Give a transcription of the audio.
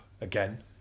again